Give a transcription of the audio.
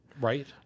right